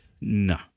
No